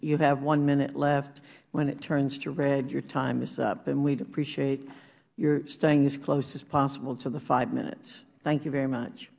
you have one minute left when it turns to red your time is up and we would appreciate your staying as close as possible to the five minutes thank you very much